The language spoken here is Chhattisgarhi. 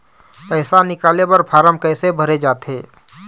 पैसा निकाले बर फार्म कैसे भरे जाथे?